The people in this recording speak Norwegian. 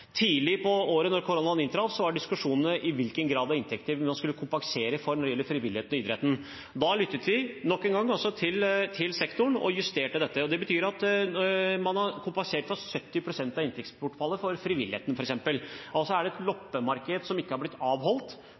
Tidlig på året, da koronaen traff, var diskusjonene hvilke inntekter man skulle kompensere for når det gjaldt frivilligheten og idretten. Da lyttet vi, nok en gang, til sektoren, og justerte dette. Det betyr at man har kompensert for 70 pst. av inntektsbortfallet for frivilligheten f.eks. Hvis det er et loppemarked som ikke er blitt avholdt